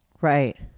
Right